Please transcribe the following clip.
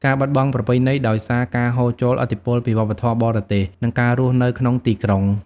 ការបាត់បង់ប្រពៃណី ដោយសារការហូរចូលឥទ្ធិពលពីវប្បធម៌បរទេស និងការរស់នៅក្នុងទីក្រុង។